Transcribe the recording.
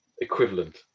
equivalent